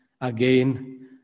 again